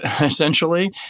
essentially